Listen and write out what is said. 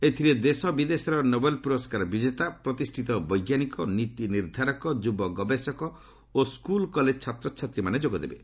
ଏଥିରେ ଦେଶବିଦେଶର ନୋବେଲ୍ ପୁରସ୍କାର ବିଜେତା ପ୍ରତିଷ୍ଠିତ ବୈଜ୍ଞାନିକ ନୀତି ନିର୍ଦ୍ଧାରକ ଯୁବ ଗବେଷକ ଓ ସ୍କୁଲ୍ କଲେଜ ଛାତ୍ରଛାତ୍ରୀ ଯୋଗଦେବେ